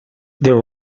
there